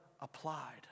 applied